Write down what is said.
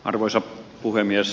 arvoisa puhemies